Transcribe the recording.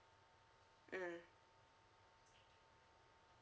mm